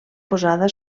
posada